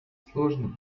сложный